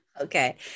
Okay